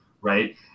right